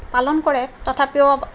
পালন কৰে তথাপিও